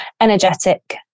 energetic